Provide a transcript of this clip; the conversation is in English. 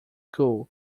cool